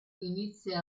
inizia